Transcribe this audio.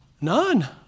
None